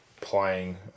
Playing